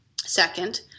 Second